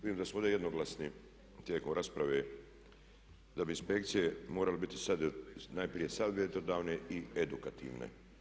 Vidim da smo ovdje jednoglasni tijekom rasprave, da bi inspekcije morale biti sad najprije savjetodavne i edukativne.